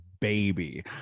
baby